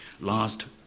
Last